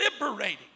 liberating